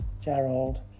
Gerald